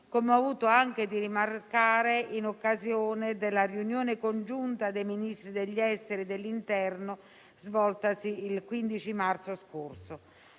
come ho avuto modo di rimarcare in occasione della riunione congiunta dei Ministri degli esteri e dell'interno svoltasi il 15 marzo scorso.